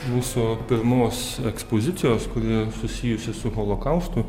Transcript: mūsų pirmos ekspozicijos kurios susijusios su holokaustu